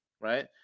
Right